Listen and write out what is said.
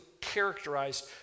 characterized